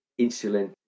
insulin